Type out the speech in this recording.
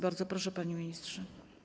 Bardzo proszę, panie ministrze.